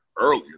earlier